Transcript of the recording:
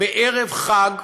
בערב חג,